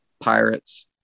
pirates